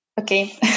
Okay